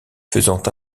faisant